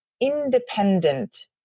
independent